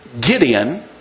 Gideon